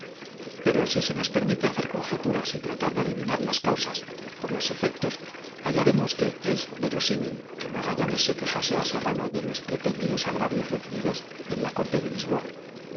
pero si se nos permite hacer conjeturas y tratar de adivinar las causas por los efectos hallaremos que es verosímil que magallanes se quejase a serrano de los pretendidos agravios recibidos en la corte de lisboa